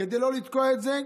כדי לא לתקוע את זה,